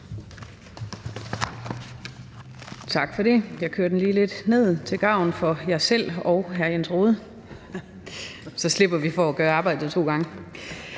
Tak for det. Jeg kører lige talerstolen lidt ned til gavn for mig selv og hr. Jens Rohde – så slipper vi for at gøre arbejdet to gange!